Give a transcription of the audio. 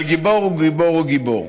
אבל גיבור הוא גיבור הוא גיבור.